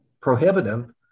prohibitive